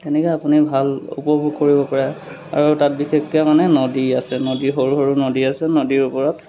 তেনেকৈও আপুনি ভাল উপভোগ কৰিব পাৰে আৰু তাত বিশেষকৈ মানে নদী আছে নদী সৰু সৰু নদী আছে নদীৰ ওপৰত